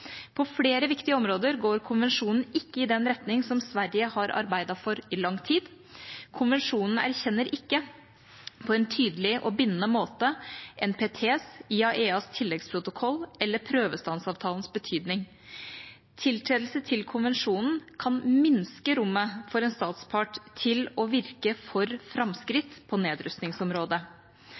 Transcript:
På flere viktige områder går konvensjonen ikke i den retning som Sverige har arbeidet for i lang tid. Konvensjonen erkjenner ikke på en tydelig og bindende måte NPT, IAEAs tilleggsprotokoll eller prøvestansavtalens betydning. Tiltredelse til konvensjonen kan minske rommet for en statspart til å virke for framskritt på nedrustningsområdet.